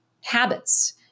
habits